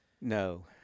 No